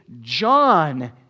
John